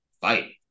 fight